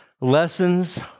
lessons